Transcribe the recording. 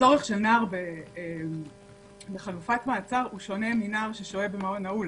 צורך של נער בחלופת מעצר הוא שונה מנער ששוהה במעון נעול.